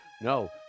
No